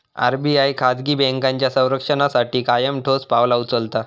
RBI खाजगी बँकांच्या संरक्षणासाठी कायम ठोस पावला उचलता